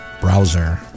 browser